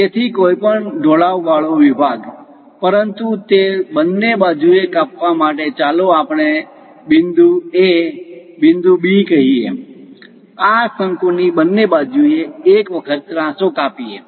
તેથી કોઈપણ ઢોળાવવાળો વિભાગ પરંતુ તે બંને બાજુએ કાપવા માટે ચાલો આપણે A બિંદુ B બિંદુ કહીએ આ શંકુની બંને બાજુએ એક વખત ત્રાસો કાપીએ